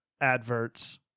adverts